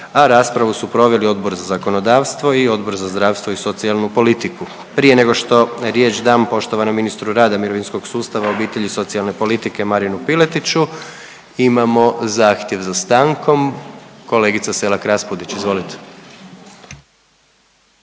a raspravu su proveli Odbor za zakonodavstvo i Odbor za zdravstvo i socijalnu politiku. Prije nego što riječ dam poštovanom ministru rada, mirovinskog sustava, obitelji i socijalne politike Marinu Piletiću, imamo zahtjev za stankom. Kolegica Selak Raspudić, izvolite.